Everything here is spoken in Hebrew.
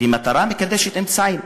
ומטרה מקדשת אמצעים.